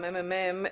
הממ"מ,